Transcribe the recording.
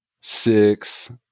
Six